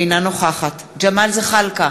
אינה נוכחת ג'מאל זחאלקה,